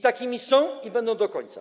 Takie są i będą do końca.